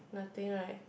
nothing right